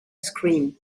scream